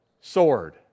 sword